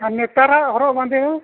ᱟᱨ ᱱᱮᱛᱟᱨᱟᱜ ᱦᱚᱨᱚᱜ ᱵᱟᱸᱫᱮ ᱦᱚᱸ